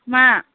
मा